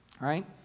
right